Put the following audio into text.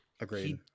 agreed